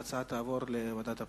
ההצעה תעבור לוועדת הפנים.